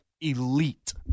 elite